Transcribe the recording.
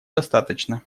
достаточно